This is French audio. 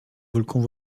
volcans